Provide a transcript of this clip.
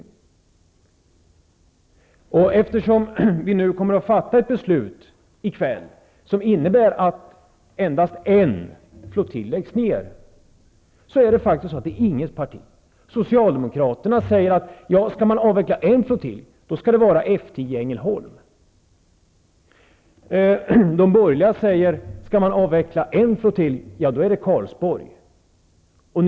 I kväll kommer vi att fatta ett beslut som innebär att endast en flottilj läggs ned. Det finns som sagt inget parti som säger att det skall vara F 13. Socialdemokraterna säger att om man skall avveckla en flottilj skall det vara F 10 i Ängelholm. De borgerliga säger att om man skall avveckla en flottilj skall det vara flottiljen i Karlsborg.